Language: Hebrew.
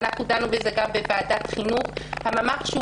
אנחנו דנו בזה גם בוועדת החינוך שהוא